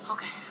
Okay